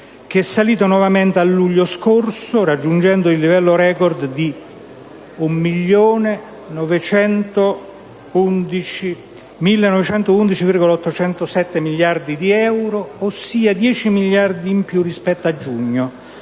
che è salito nuovamente a luglio scorso raggiungendo il livello *record* di 1.911,807 miliardi di euro, (ossia 10 miliardi di euro in più rispetto a giugno